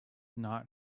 not